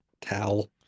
towel